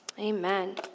Amen